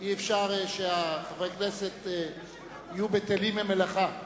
אי-אפשר שחברי הכנסת יהיו בטלים ממלאכה.